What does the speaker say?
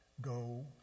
go